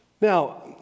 Now